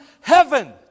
heaven